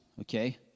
okay